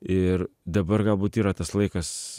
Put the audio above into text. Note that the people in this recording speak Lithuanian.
ir dabar galbūt yra tas laikas